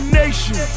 nation